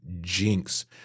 jinx